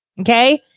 Okay